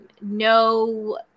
no